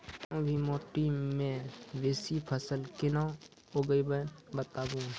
कूनू भी माटि मे बेसी फसल कूना उगैबै, बताबू?